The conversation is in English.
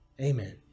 Amen